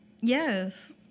Yes